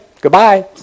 goodbye